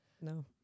No